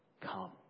come